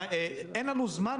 לא ישנו,